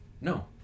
no